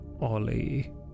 Ollie